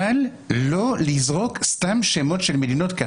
אבל לא לזרוק סתם שמות של מדינות.